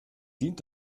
dient